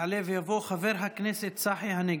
יעלה ויבוא חבר הכנסת צחי הנגבי.